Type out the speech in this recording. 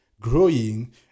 growing